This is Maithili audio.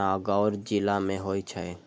नागौर जिला मे होइ छै